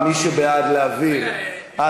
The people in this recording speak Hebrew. מי שבעד להעביר, רגע.